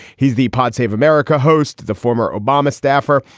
he's the pod save america host, the former obama staffer.